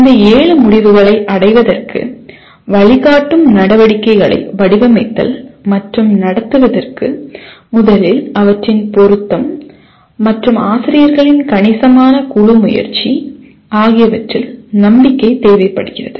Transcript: இந்த ஏழு முடிவுகளை அடைவதற்கு வழிகாட்டும் நடவடிக்கைகளை வடிவமைத்தல் மற்றும் நடத்துவதற்கு முதலில் அவற்றின் பொருத்தம் மற்றும் ஆசிரியர்களின் கணிசமான குழு முயற்சி ஆகியவற்றில் நம்பிக்கை தேவைப்படுகிறது